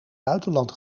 buitenland